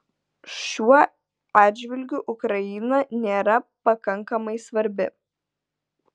šiuo atžvilgiu ukraina nėra pakankamai svarbi